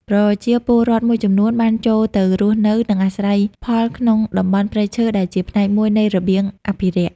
ប្រជាពលរដ្ឋមួយចំនួនបានចូលទៅរស់នៅ និងអាស្រ័យផលក្នុងតំបន់ព្រៃឈើដែលជាផ្នែកមួយនៃរបៀងអភិរក្ស។